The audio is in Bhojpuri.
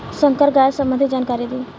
संकर गाय संबंधी जानकारी दी?